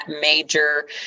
major